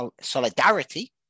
solidarity